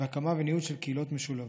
הקמה וניהול של קהילות משולבות.